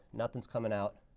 nothing's coming out.